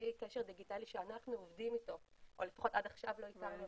אמצעי קשר דיגיטלי שאנחנו עובדים אתו או לפחות עד עכשיו לא הכרנו.